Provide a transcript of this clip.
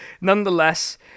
nonetheless